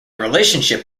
relationship